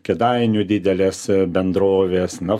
kėdainių didelės bendrovės na